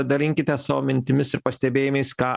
dalinkitės savo mintimis ir pastebėjimais ką